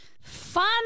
fun